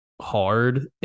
hard